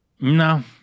No